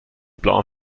blauen